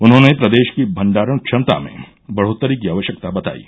उन्होंने प्रदेश की भण्डारण क्षमता में बढ़ोत्तरी की आवश्यकता बतायी